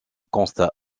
constat